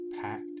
packed